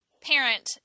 parent